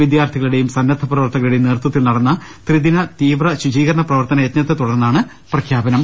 വിദ്യാർത്ഥികളുടെയും സന്നദ്ധപ്രവർ ത്തകരുടെയും നേതൃത്തിൽ നടന്ന ത്രിദിന തീവ്ര ശുചീകരണ പ്രവർത്തന യജ്ഞത്തെ തുടർന്നാണ് പ്രഖ്യാപനം